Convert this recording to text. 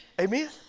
Amen